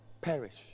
perish